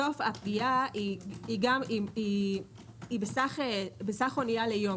בסוף הפגיעה היא בסך אוניה ליום.